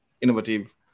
innovative